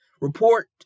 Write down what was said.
report